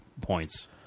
points